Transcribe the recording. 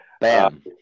Bam